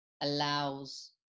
allows